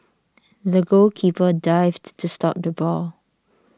the goalkeeper dived to stop the ball